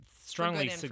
strongly